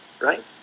right